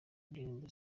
ndirimbo